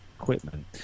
equipment